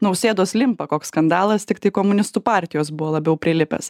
nausėdos limpa koks skandalas tiktai komunistų partijos buvo labiau prilipęs